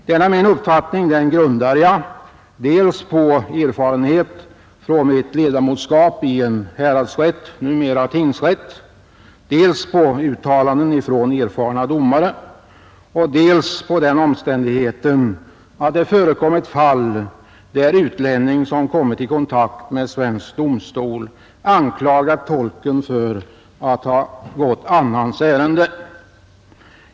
Denna min uppfattning grundar jag dels på erfarenhet från mitt ledamotskap i en häradsrätt, numera tingsrätt, dels på uttalanden från erfarna domare och dels på den omständigheten att det förekommit fall där utlänning, som kommit i kontakt med svensk domstol, anklagat tolken för att ha gått annans ärende.